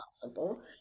possible